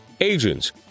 agents